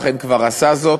אכן כבר עשה זאת,